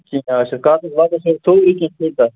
اَچھا کاکد واکد چھِس سورُے کیٚنٛہہ فِٹ اَتھ